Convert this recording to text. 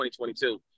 2022